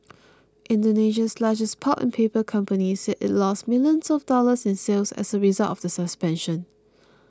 Indonesia's largest pulp and paper company said it lost millions of dollars in sales as a result of the suspension